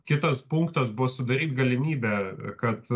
kitas punktas bus sudaryt galimybę kad